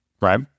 right